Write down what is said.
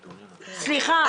סליחה.